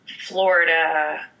florida